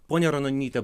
ponia ranonyte